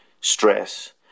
stress